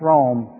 Rome